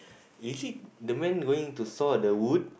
is it the man going to saw the wood